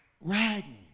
Riding